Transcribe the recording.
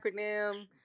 acronym